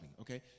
okay